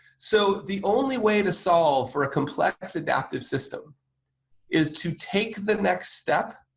so the only way to solve for a complex adaptive system is to take the next step